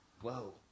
Whoa